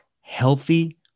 healthy